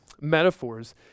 metaphors